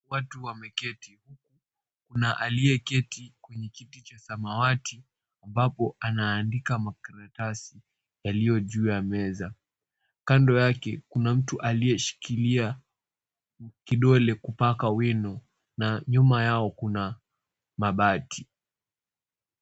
Watu wameketi. Kuna aliye keti kwenye kiti cha samawati ambapo anaandika makaratasi yaliyo juu ya meza. Kando yake kuna mtu aliyeshikilia kidole kupaka wino na nyuma yao kuna mabati.